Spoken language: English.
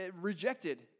rejected